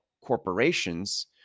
corporations